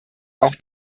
auch